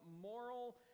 moral